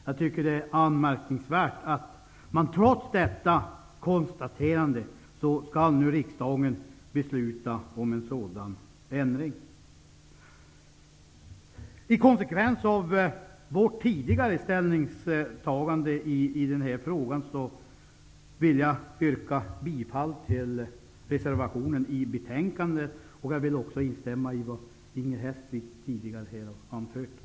Jag tycker att det är anmärkningsvärt att trots detta konstaterande skall riksdagen besluta om en sådan ändring. Som en konsekvens av vårt tidigare ställningstagande i frågan vill jag yrka bifall till reservationen i betänkandet, och jag vill instämma i vad Inger Hestvik tidigare har anfört.